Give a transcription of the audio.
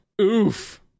Oof